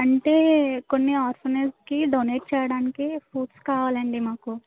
అంటే కొన్ని అరఫనేజెస్కి డొనేట్ చేయడానికి ఫ్రూట్స్ కావాలండి మాకు